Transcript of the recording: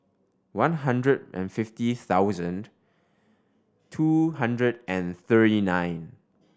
one hundred and fifty thousand two hundred and thirty nine